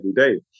everyday